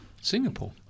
Singapore